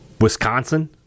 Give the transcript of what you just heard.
Wisconsin